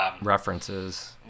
References